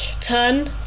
turn